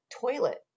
toilet